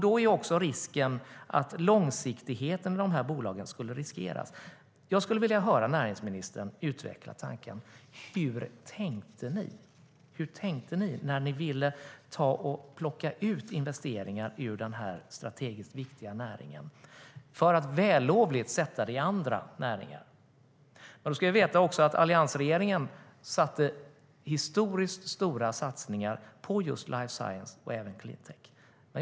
Då är också risken att långsiktigheten i de här bolagen skulle riskeras. Jag skulle vilja höra näringsministern utveckla hur ni tänkte när ni ville plocka ut investeringar ur den här strategiskt viktiga näringen för att vällovligt sätta dem i andra näringar. Vi ska då veta att alliansregeringen gjorde historiskt stora satsningar på just life science och även clean tech.